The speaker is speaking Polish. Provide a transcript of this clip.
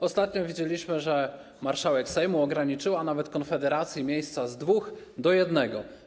Ostatnio widzieliśmy nawet, że marszałek Sejmu ograniczyła Konfederacji miejsca z dwóch do jednego.